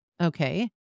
Okay